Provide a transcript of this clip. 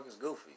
goofy